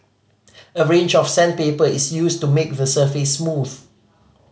a range of sandpaper is used to make the surface smooth